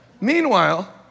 Meanwhile